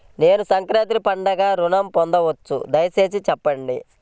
నేను సంక్రాంతికి పండుగ ఋణం పొందవచ్చా? దయచేసి చెప్పండి?